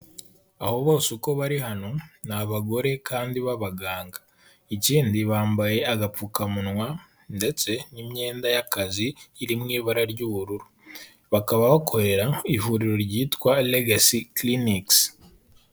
Abo bose uko bari hano ni abagore kandi b'abaganga ikindi bambaye agapfukamunwa ndetse n'imyenda y'akazi iri mu ibara ry'ubururu bakaba bakorera ihuriro ryitwa legacy clinics.